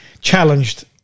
challenged